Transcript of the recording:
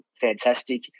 fantastic